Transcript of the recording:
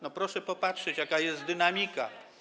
No, proszę popatrzeć, jaka jest dynamika.